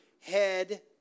head